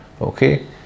okay